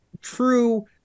true